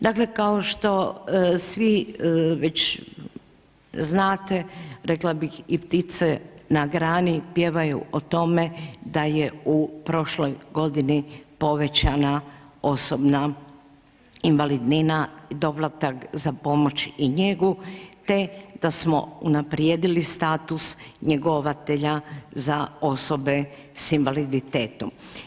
Dakle, kao što svi već znate, rekla bih i ptice na grani, pjevaju o tome, da je u prošloj godini povećana osobna invalidnina i doplatak za pomoć i njegu, te da smo unaprijedili status njegovatelja za osobe s invaliditetom.